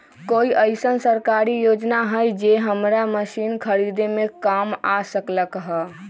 कोइ अईसन सरकारी योजना हई जे हमरा मशीन खरीदे में काम आ सकलक ह?